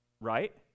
right